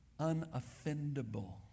unoffendable